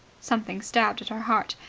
something stabbed at her heart.